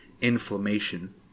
inflammation